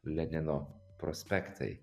lenino prospektai